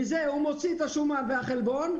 מזה הוא מוציא את השומן והחלבון,